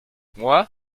moi